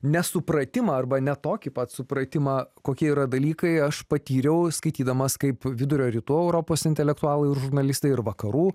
nesupratimą arba ne tokį pat supratimą kokie yra dalykai aš patyriau skaitydamas kaip vidurio rytų europos intelektualai ir žurnalistai ir vakarų